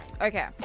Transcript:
Okay